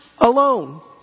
alone